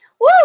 Woo